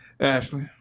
Ashley